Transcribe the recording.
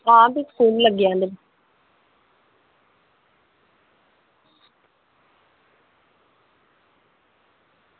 आं भी स्कूल लग्गी जाने